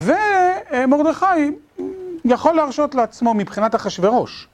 ומרדכי יכול להרשות לעצמו מבחינת אחשוורוש